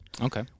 Okay